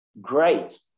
great